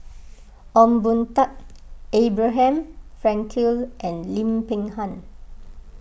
Ong Boon Tat Abraham Frankel and Lim Peng Han